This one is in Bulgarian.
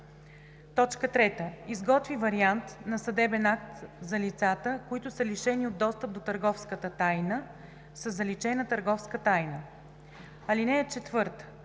врата; 3. изготви вариант на съдебен акт за лицата, които са лишени от достъп до търговската тайна, със заличена търговска тайна. (4)